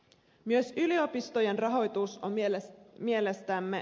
myös yliopistojen rahoitus on mielestämme taattava